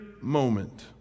moment